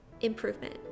improvement